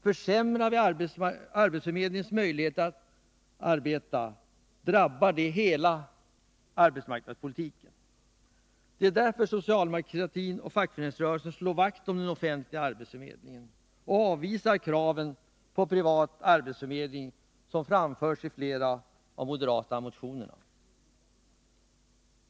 Försämrar vi arbetsförmedlingens möjligheter att arbeta drabbar det hela arbetsmarknadspolitiken. Det är därför socialdemokratin och fackföreningsrörelsen slår vakt om den offentliga arbetsförmedlingen och avvisar kraven på privat arbetsförmedling, som framförs i flera moderata motioner.